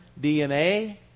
DNA